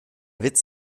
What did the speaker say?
witz